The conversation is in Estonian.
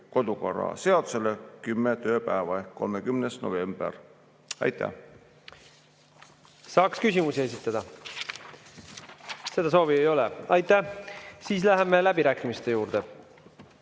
töökorra seadusele 10 tööpäeva ehk 30. november. Aitäh! Saaks küsimusi esitada. Seda soovi ei ole. Aitäh! Läheme läbirääkimiste juurde.